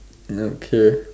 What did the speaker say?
okay